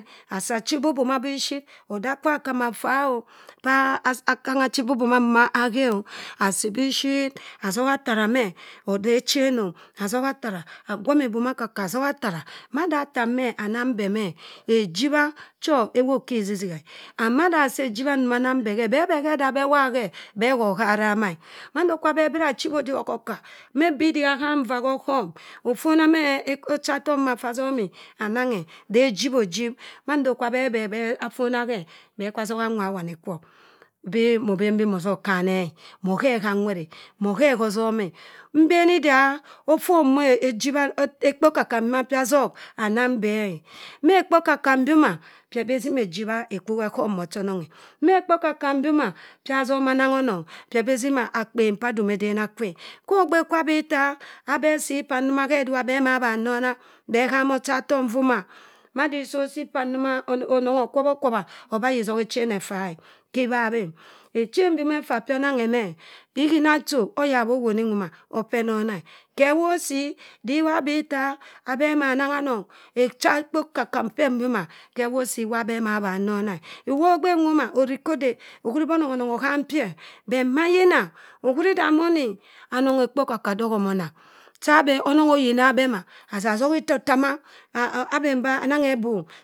. Saa memehi emikpa sokerokeroh? So opopeh azoha aji anong kwo oyina abeh meh e. Asoha ffo ojib ojib aji khe. Ghe wosim osii erama nda chimonosi mahochatok